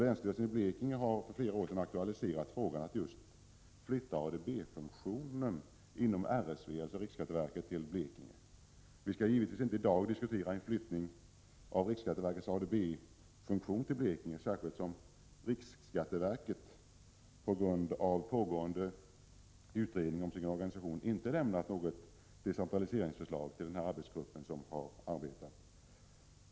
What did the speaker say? Länsstyrelsen i Blekinge har för flera år sedan aktualiserat frågan att flytta just ADB-funktionen inom riksskatteverket till Blekinge. Vi skall givetvis inte i dag diskutera en flyttning av riksskatteverkets ADB-funktion till Blekinge, särskilt som riksskatteverket på grund av pågående utredning om verkets organisation inte har lämnat något decentraliseringsförslag till den nämnda arbetsgruppen.